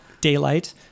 daylight